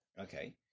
Okay